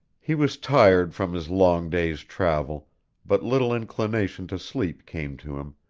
he was tired from his long day's travel but little inclination to sleep came to him,